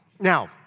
Now